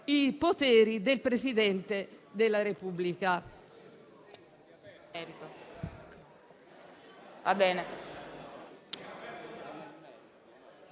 i poteri del Presidente della Repubblica.